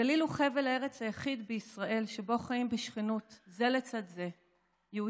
הגליל הוא חבל הארץ היחיד בישראל שבו חיים בשכנות זה לצד זה יהודים,